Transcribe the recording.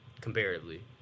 comparatively